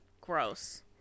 Gross